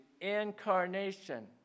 incarnation